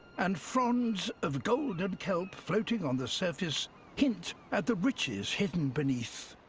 and fronds of golden kelp floating on the surface hint at the riches hidden beneath.